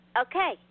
Okay